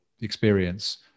experience